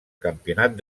campionat